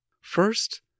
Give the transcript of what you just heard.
First